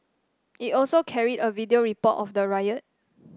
it also carried a video report of the riot